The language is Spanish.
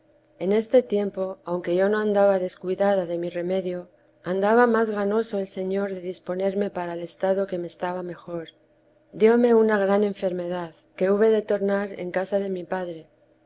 en este tiempo aunque yo no andaba descuidada dé mi remedio andaba más ganoso el señor de disponerme para el estado que me estaba mejor dióme una gran enfermedad que hube de tornar en casa de mi padre